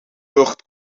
lucht